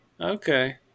Okay